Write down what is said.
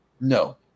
No